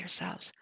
yourselves